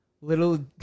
Little